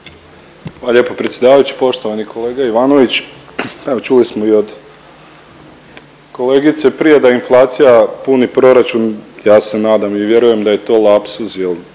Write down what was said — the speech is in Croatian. Hvala lijepo predsjedavajući. Poštovani kolega Ivanović. Pa evo čuli smo i od kolegice prije da inflacija puni proračun, ja se nadam i vjerujem da je to lapsus